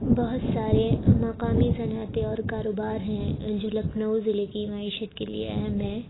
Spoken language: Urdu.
بہت سارے مقامی صنعتیں اور کاروبار ہیں جو لکھنؤ ضلعے کی معیشت کے لیے اہم ہیں